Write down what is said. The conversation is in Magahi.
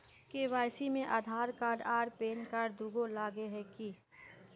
के.वाई.सी में आधार कार्ड आर पेनकार्ड दुनू लगे है की?